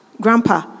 Grandpa